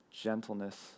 gentleness